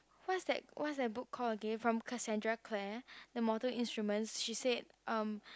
what's that what's that book called again from Cassandra Clare the mortal instruments she said um